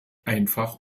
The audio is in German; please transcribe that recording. einfach